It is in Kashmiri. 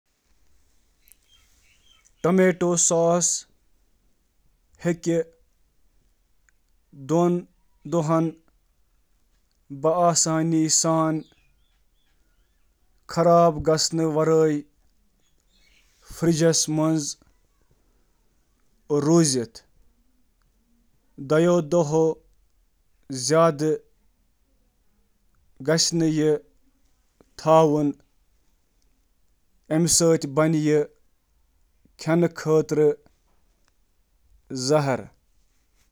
ٹماٹر چٹنی ہٕنٛدۍ پٲٹھۍ ہائی ایسڈ ڈبہٕ بند کھیٚن کھولنہٕ پتہٕ ہیٚکو یہِ استعمال کرنہٕ برٛونٛہہ پانٛژن پیٚٹھٕ ستن دۄہن ریفریجریٹرس منٛز محفوٗظ پٲٹھۍ ذخیرٕ کٔرِتھ۔